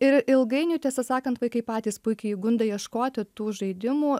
ir ilgainiui tiesą sakant vaikai patys puikiai įgunda ieškoti tų žaidimų